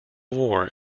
war